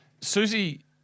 Susie